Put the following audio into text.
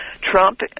Trump